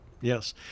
yes